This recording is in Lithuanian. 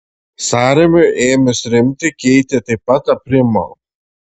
sąrėmiui ėmus rimti keitė taip pat aprimo